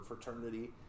fraternity